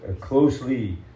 closely